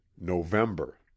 November